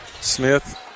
Smith